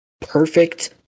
perfect